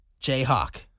Jayhawk